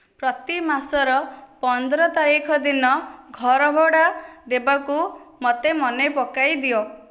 ପ୍ରତି ମାସର ପନ୍ଦର ତାରିଖ ଦିନ ଘରଭଡ଼ା ଦେବାକୁ ମୋତେ ମନେପକାଇଦିଅ